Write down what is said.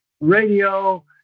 radio